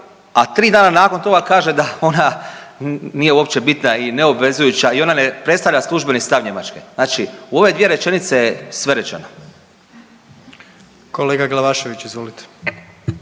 a tri dana nakon toga kaže da ona nije uopće bitna i neobvezujuća i ona ne predstavlja službeni stav Njemačke. Znači u ove dvije rečenice je sve rečeno. **Jandroković, Gordan